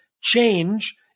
change